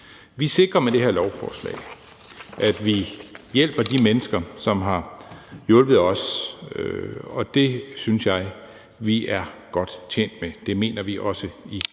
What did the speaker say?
Vi sikrer med det her lovforslag, at vi hjælper de mennesker, som har hjulpet os, og det synes jeg vi er godt tjent med. Og det mener vi også i